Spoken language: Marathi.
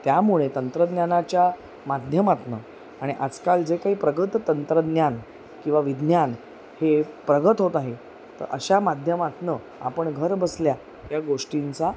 त्यामुळे तंत्रज्ञानाच्या माध्यमातून आणि आजकाल जे काही प्रगत तंत्रज्ञान किंवा विज्ञान हे प्रगत होत आहे तर अशा माध्यमातून आपण घरबसल्या या गोष्टींचा